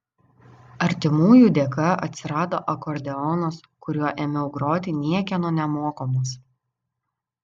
artimųjų dėka atsirado akordeonas kuriuo ėmiau groti niekieno nemokomas